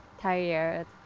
tired